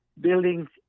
buildings